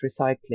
recycling